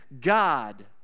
God